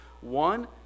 one